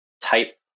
type